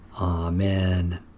Amen